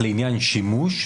לעניין "שימוש",